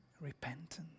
repentance